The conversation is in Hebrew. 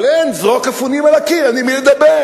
אבל אין, זרוק אפונים על הקיר, אין עם מי לדבר.